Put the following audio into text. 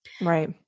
Right